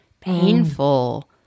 painful